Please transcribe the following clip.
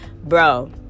bro